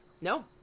no